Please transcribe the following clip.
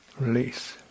release